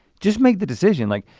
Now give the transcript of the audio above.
just make the decision, like,